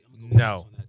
No